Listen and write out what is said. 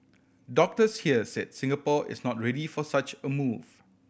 doctors here said Singapore is not ready for such a move